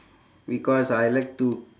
because I like to